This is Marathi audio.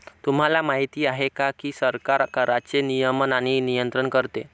तुम्हाला माहिती आहे का की सरकार कराचे नियमन आणि नियंत्रण करते